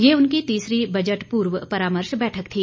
यह उनकी तीसरी बजट पूर्व परामर्श बैठक थी